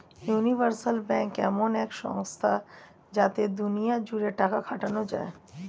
universal bank এমন এক সংস্থা যাতে দুনিয়া জুড়ে টাকা খাটানো যায়